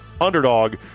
underdog